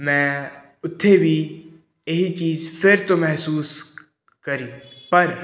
ਮੈਂ ਉੱਥੇ ਵੀ ਇਹੀ ਚੀਜ਼ ਫਿਰ ਤੋਂ ਮਹਿਸੂਸ ਕਰੀ ਪਰ